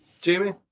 Jamie